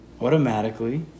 automatically